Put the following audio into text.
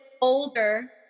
older